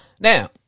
Now